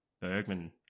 Bergman